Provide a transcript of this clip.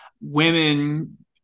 Women